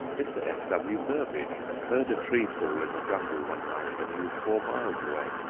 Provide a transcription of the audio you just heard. mr. f w. burbidge heard a tree fall in the jungle one night when he was four miles away,